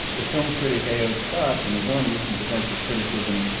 the film critic a o. scott, in his own recent defensive criticism,